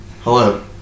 Hello